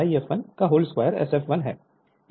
इसलिए 5 2 004 है